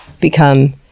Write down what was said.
become